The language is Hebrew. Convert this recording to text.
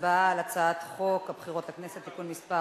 הצבעה על הצעת חוק הבחירות לכנסת (תיקון מס'